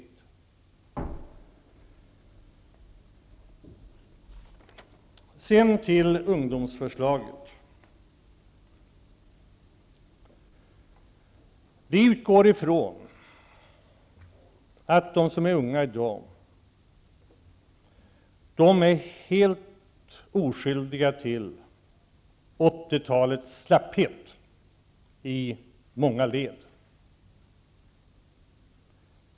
Sedan går jag över till ungdomsförslaget. Vi utgår ifrån att de som är unga i dag är helt oskyldiga till 80-talets slapphet, som pågick i många led.